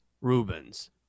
Rubens